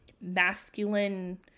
masculine